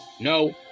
no